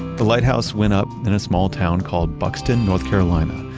the lighthouse went up in a small town called buxton, north carolina,